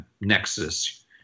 nexus